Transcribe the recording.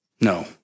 No